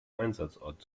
einsatzort